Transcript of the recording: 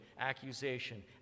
accusation